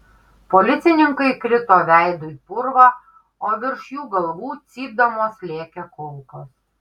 policininkai krito veidu į purvą o virš jų galvų cypdamos lėkė kulkos